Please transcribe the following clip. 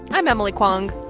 i'm emily kwong.